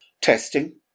testing